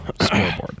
scoreboard